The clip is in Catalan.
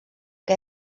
que